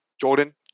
Jordan